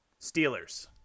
Steelers